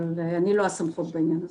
אבל אני לא הסמכות בעניין הזה.